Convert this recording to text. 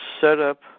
setup